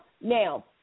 Now